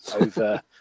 over